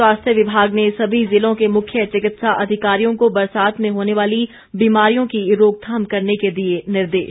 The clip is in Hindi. स्वास्थ्य विभाग ने सभी जिलों के मुख्य चिकित्सा अधिकारियों को बरसात में होने वाली बीमारियों की रोकथाम करने के दिए निर्देश